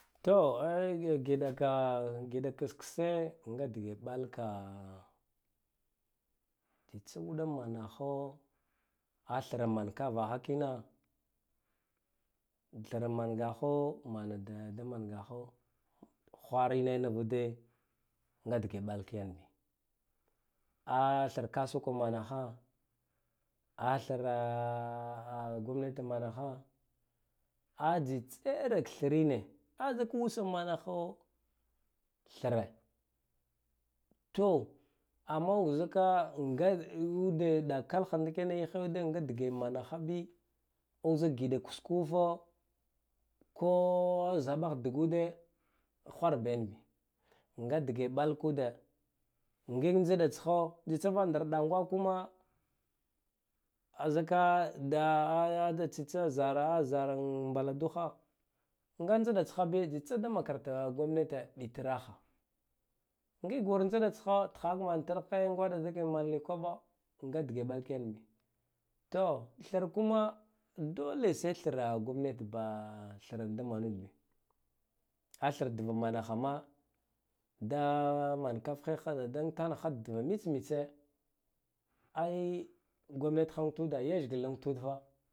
To ayya giɗaka giɗa kakse nga dige ɗalaka tsitsa manaho a thre man kavaha kina thra mangaho manada da mangaho hwari ne nivude ngaɗe ɗalak yan bi a thar kasuka manaha a thraa aa gomneh manaha a jitserak thrine a zik usa manaho thre to amma unzuka ngaude ɗakalaha ndikene he ngadige manaha bi uzuk giɗa kuskufo ko zabah dagu de hwarba yan bi nga dige ɗalakude ngi ntsda tsho tsitsa vandara ɗan gwa kina azuka da da tsitsa zara-zaran mbala duha nga ntsɗa tsha bi tsitsa da makarata gomneti ditra ha ngi ura ntsɗa tsha tha mantar he ngwaɗa zike mana likoɗa nga dige ɗalaka yan bi to tharkuma dole sai thra gomnet ba thra da manudbi a than dua manaha ma da mankat heha da untanaha dua mits mitse ayy gomnet ha untude leshgla unbtud fa